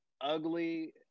ugly